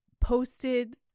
posted